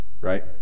right